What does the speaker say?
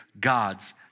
God's